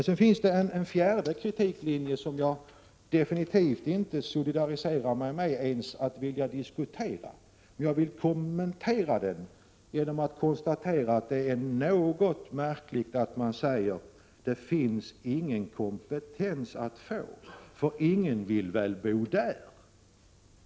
Sedan finns det en fjärde kritiklinje som jag definitivt inte solidariserar mig 57 med ens så mycket att jag vill diskutera den, men jag vill kommentera den, Det är märkligt, anser jag, när man säger att det inte finns någon kompetens att få, för ingen vill väl bo där!